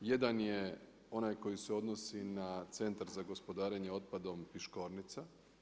Jedan je onaj koji se odnosi na Centar za gospodarenje otpadom Piškornica.